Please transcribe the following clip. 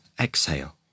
exhale